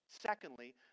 Secondly